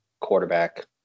quarterback